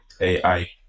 ai